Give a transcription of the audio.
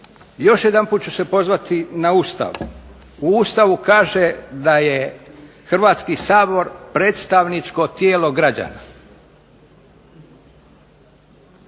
Još jedanput ću se pozvati na Ustav. U Ustavu kaže da je Hrvatski sabor predstavničko tijelo građana.